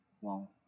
Wow